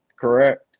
correct